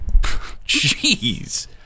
Jeez